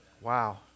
Wow